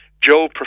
Joe